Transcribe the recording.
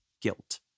guilt